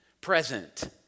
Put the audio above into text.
present